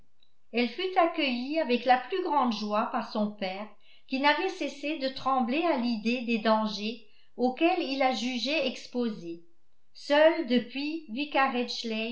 elle fut accueillie avec la plus grande joie par son père qui n'avait cessé de trembler à l'idée des dangers auxquels il la jugeait exposée seule depuis